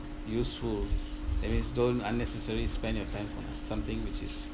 useful that means don't unnecessary spend your time for something which is